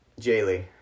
Jaylee